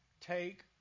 Take